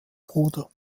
bruder